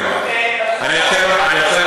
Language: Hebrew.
אני אומר